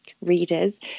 readers